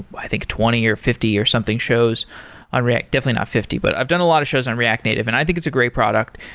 i think twenty, or fifty, or something shows on react definitely not fifty, but i've done a lot of shows on react native and i think it's a great product,